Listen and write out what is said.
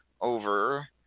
over